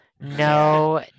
no